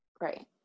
Right